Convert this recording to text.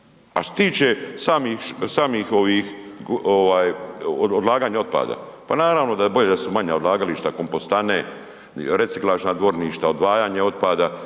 se tiče samih odlaganja otpada, pa naravno da je bolje da su manja odlagališta, kompostane, reciklažna dvorišta, odvajanje otpada